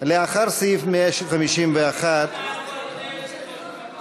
לאחר סעיף 151 הם יתנהלו במקום אחר.